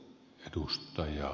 arvoisa puhemies